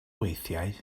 weithiau